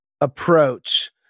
approach